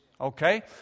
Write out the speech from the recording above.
Okay